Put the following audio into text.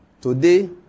Today